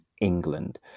England